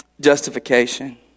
justification